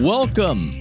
Welcome